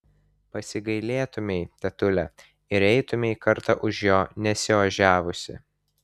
pasigailėtumei tetule ir eitumei kartą už jo nesiožiavusi